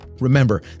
Remember